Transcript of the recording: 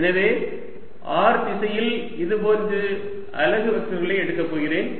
எனவே r திசையில் இதுபோன்று அலகு வெக்டர்களை எடுக்க போகிறேன்